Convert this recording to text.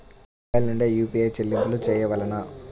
Mobile నుండే UPI చెల్లింపులు చేయవలెనా?